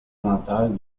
natal